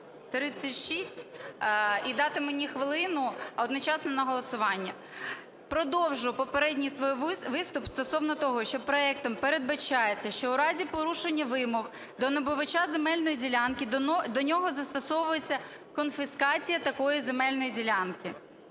36 і дати мені хвилину одночасно на голосування. Продовжу попередній свій виступ стосовно того, що проектом передбачається, що в разі порушення вимог до набувача земельної ділянки до нього застосовується конфіскація такої земельної ділянки.